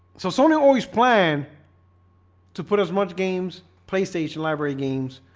so sonia always planned to put as much games playstation library games